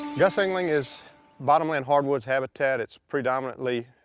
gus engeling is bottomland hardwood habitat, it's predominantly